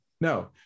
No